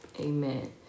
Amen